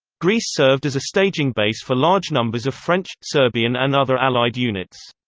greece served as a staging base for large numbers of french, serbian and other allied units.